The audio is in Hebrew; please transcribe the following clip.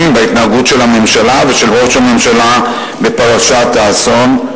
בהתנהגות של הממשלה ושל ראש הממשלה בפרשת האסון.